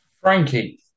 Frankie